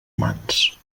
mans